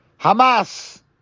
Hamas